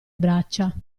braccia